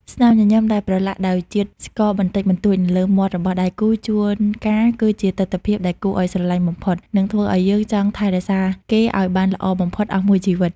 ស្នាមញញឹមដែលប្រឡាក់ដោយជាតិស្ករបន្តិចបន្តួចនៅលើមាត់របស់ដៃគូ ជួនកាលគឺជាទិដ្ឋភាពដែលគួរឱ្យស្រឡាញ់បំផុត និងធ្វើឱ្យយើងចង់ថែរក្សាគេឱ្យបានល្អបំផុតអស់មួយជីវិត។